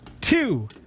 two